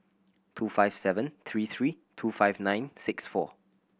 two five seven three three two five nine six four